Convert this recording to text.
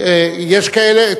יש כאלה.